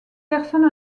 personne